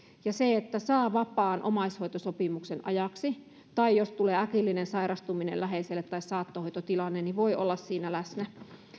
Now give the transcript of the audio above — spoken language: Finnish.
ja se että saa vapaan omaishoitosopimuksen ajaksi tai jos tulee äkillinen sairastuminen läheiselle tai saattohoitotilanne voi olla siinä läsnä